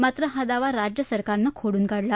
मात्र हा दावा राज्य सरकारनं खोडून काढला